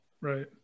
right